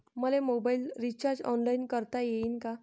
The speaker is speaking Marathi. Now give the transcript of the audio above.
मले मोबाईलच रिचार्ज ऑनलाईन करता येईन का?